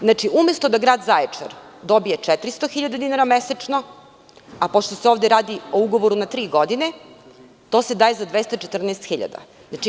Znači, umesto da Grad Zaječar dobije 400.000 dinara mesečno, a pošto se ovde radi o ugovoru na tri godine, to se daje za 214.000.